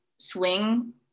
swing